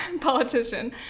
politician